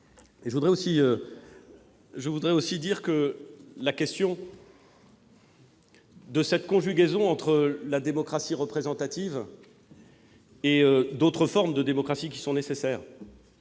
Je voudrais aussi revenir sur la question de la conjugaison entre la démocratie représentative et d'autres formes de démocratie qui sont nécessaires,